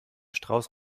strauß